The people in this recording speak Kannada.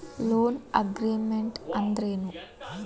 ಲೊನ್ಅಗ್ರಿಮೆಂಟ್ ಅಂದ್ರೇನು?